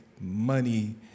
money